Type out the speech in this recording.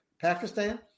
Pakistan